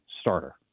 starter